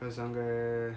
அவங்க:avanga